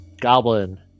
goblin